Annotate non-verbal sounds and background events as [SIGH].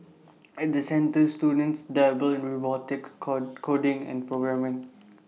[NOISE] at the centres students dabble in robotics call coding and programming